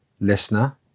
listener